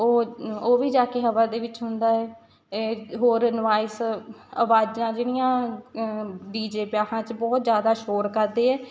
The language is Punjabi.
ਉਹ ਉਹ ਵੀ ਜਾ ਕੇ ਹਵਾ ਦੇ ਵਿੱਚ ਹੁੰਦਾ ਹੈ ਇ ਹੋਰ ਨੌਆਇਸ ਅਵਾਜ਼ਾਂ ਜਿਹੜੀਆਂ ਡੀ ਜੇ ਵਿਆਹਾਂ 'ਚ ਬਹੁਤ